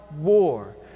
war